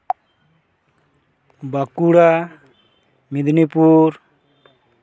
Bankura Midnapore